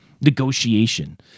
negotiation